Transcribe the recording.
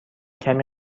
کمی